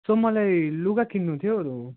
so मलाई लुगा किन्नु थियो